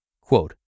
Quote